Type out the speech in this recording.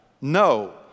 No